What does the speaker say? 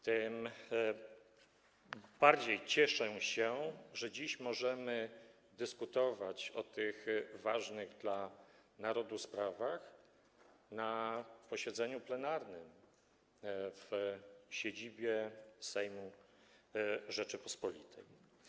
Tym bardziej cieszę się, że dziś możemy dyskutować o tych ważnych dla narodu sprawach na posiedzeniu plenarnym w siedzibie Sejmu Rzeczypospolitej.